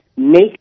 make